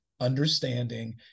understanding